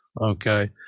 okay